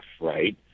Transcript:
right